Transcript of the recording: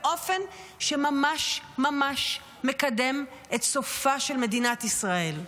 באופן שממש ממש מקדם את סופה של מדינת ישראל.